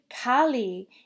Kali